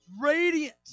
radiant